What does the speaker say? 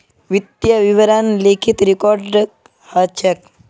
वित्तीय विवरण लिखित रिकॉर्ड ह छेक